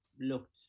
looked